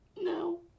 No